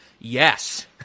yes